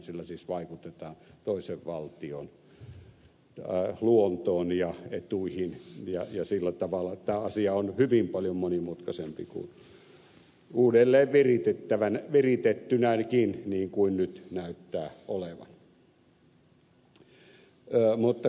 sillä siis vaikutetaan toisen valtion luontoon ja etuihin ja sillä tavalla tämä asia on hyvin paljon monimutkaisempi uudelleen viritettynäkin niin kuin nyt näyttää olevan